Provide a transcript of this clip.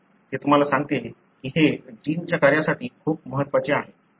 हे तुम्हाला सांगते की हे जीनच्या कार्यासाठी खूप महत्वाचे आहेत